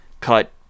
cut